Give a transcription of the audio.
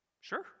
Sure